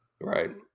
Right